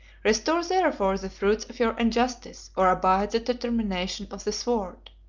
restore therefore the fruits of your injustice, or abide the determination of the sword.